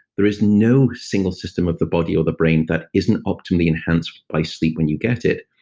there is no single system of the body or the brain that isn't optimally enhanced by sleep when you get it,